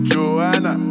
Joanna